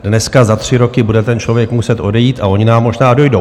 Dneska za tři roky bude ten člověk muset odejít a oni nám možná dojdou.